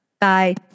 Bye